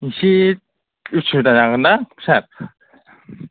इसे उसुबिदा जागोनदां सार